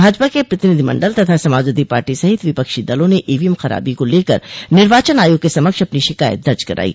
भाजपा के प्रतिनिधिमंडल तथा समाजवादी पार्टी सहित विपक्षी दलों ने ईवीएम खराबी को लेकर निर्वाचन आयोग के समक्ष अपनी शिकायत दर्ज करायी